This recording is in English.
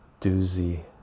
doozy